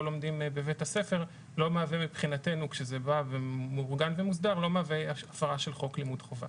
לומדים בבית הספר כשזה בא מאורגן ומוסדר לא מהווה הפרה של חוק לימוד חובה.